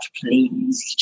pleased